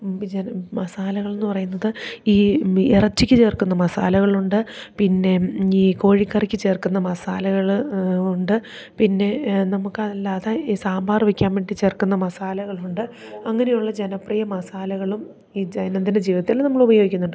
മസാലകൾ എന്നു പറയുന്നത് ഈ ഇറച്ചിക്ക് ചേർക്കുന്ന മസാലകളുണ്ട് പിന്നെ ഈ കോഴിക്കറിക്ക് ചേർക്കുന്ന മസാലകൾ ഉണ്ട് പിന്നെ നമുക്കതല്ലാതെ ഈ സാമ്പാർ വെക്കാൻ വേണ്ടി ചേർക്കുന്ന മസാലകളുണ്ട് അങ്ങനെയുള്ള ജനപ്രിയ മസാലകളും ഈ ദൈനന്തിന ജീവിതത്തിൽ നമ്മളുപയോഗിക്കുന്നുണ്ട്